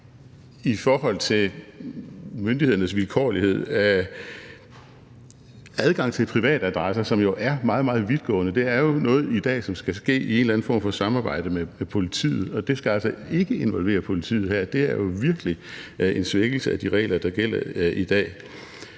i forhold til myndighedernes vilkårlighed, f.eks. med hensyn til adgangen til privatadresser, som jo er meget, meget vidtgående. Det er jo noget, som i dag skal ske i en eller anden form for samarbejde med politiet; men det skal altså ikke involvere politiet her, og det er jo virkelig en svækkelse af de regler, der gælder i dag.